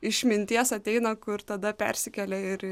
išminties ateina kur tada persikelia ir į